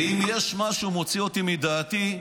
ואם יש משהו שמוציא אותי מדעתי,